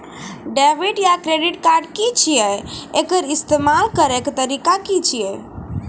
Debit या credit card की छियै? एकर इस्तेमाल करैक तरीका की छियै?